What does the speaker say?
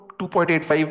2.85